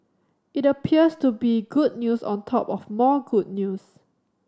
it appears to be good news on top of more good news